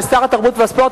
ושר התרבות והספורט,